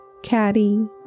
Caddy